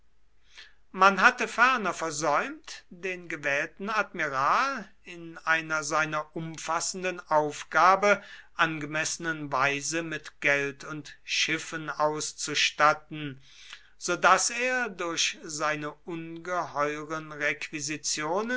man hatte ferner versäumt den gewählten admiral in einer seiner umfassenden aufgabe angemessenen weise mit geld und schiffen auszustatten so daß er durch seine ungeheuren requisitionen